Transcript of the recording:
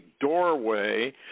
doorway